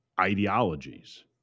ideologies